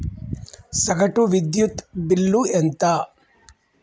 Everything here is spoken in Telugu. సగటు విద్యుత్ బిల్లు ఎంత?